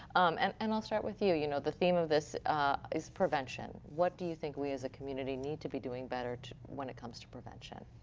and and i'll start with you. you know the theme of this is prevention. what do you think we as a community need to be doing better when it comes to prevention?